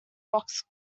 box